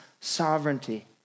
sovereignty